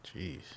Jeez